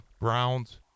Browns